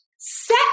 Set